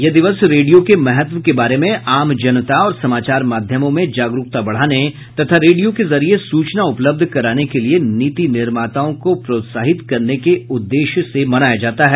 यह दिवस रेडियो के महत्व के बारे में आम जनता और समाचार माध्यमों में जागरूकता बढ़ाने तथा रेडियो के जरिये सूचना उपलब्ध कराने के लिए नीति निर्माताओं को प्रोत्साहित करने के उद्देश्य से मनाया जाता है